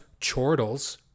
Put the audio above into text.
chortles